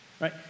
right